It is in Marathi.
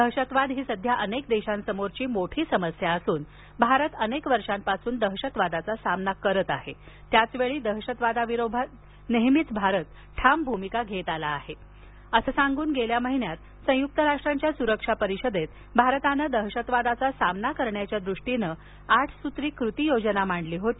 दहशतवाद ही सध्या अनेक देशांसमोरची मोठी समस्या असून भारत अनेक वर्षापासून दहशतवादाचा सामना करत आहे त्याचवेळी दहशतवादाविरोधात नेहेमीच ठाम भूमिका घेत आला आहे असं सांगून गेल्या महिन्यात संयुक्त राष्ट्रांच्या सुरक्षा परिषदेत भारतानं दहशतवादाचा सामना करण्याच्या दृष्टीनं आठ सुत्री कृती योजना मंडळी होती